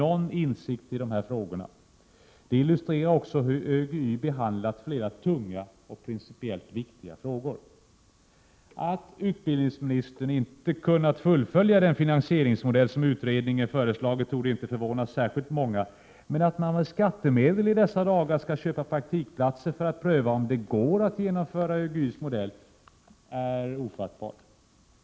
1987/88:133 någon insikt i dessa frågor. Detta illustrerar också hur ÖGY behandlat flera 3 juni 1988 tunga och principiellt viktiga frågor. Att utbildningsministern inte kunnat fullfölja den finansieringsmodell som utredningen föreslagit torde inte förvåna särskilt många, men att man med skattemedel i dessa dagar skall köpa praktikplatser för att pröva om det går att genomföra ÖGY:s modell är ofattbart.